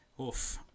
Oof